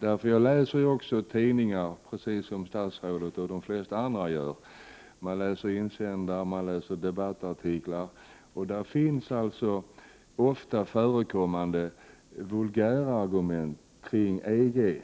Jag läser också tidningar, precis som statsrådet och de flesta andra gör. Jag läser insändare och debattartiklar. Där finns ofta vulgära argument kring EG.